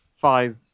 five